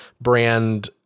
brand